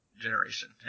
generation